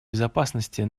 безопасности